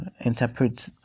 interpret